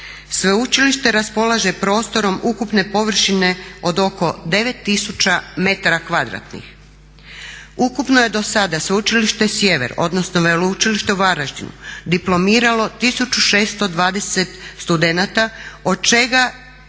Sveučilište raspolaže prostorom ukupne površine od oko 9000 metara kvadratnih. Ukupno je dosada Sveučilište Sjever, odnosno Veleučilište u Varaždinu diplomiralo 1620 studenata, od čega